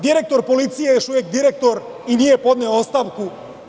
Direktor policije je još uvek direktor i nije podneo ostavku.